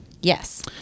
Yes